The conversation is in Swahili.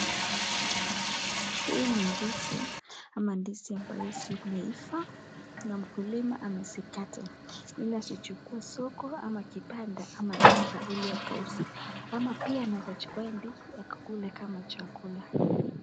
Hii mandizi ama ndizi ambazo zimeiva na mkulima amezikata ila akichukua soko ama kibanda ama duka ili akauze ama pia anaweza chukua ndizi akakule kama chakula.